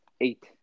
eight